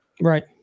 Right